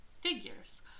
figures